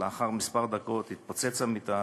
לאחר כמה דקות התפוצץ המטען,